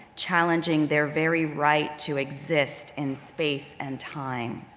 challenging their very right to exist in space and time.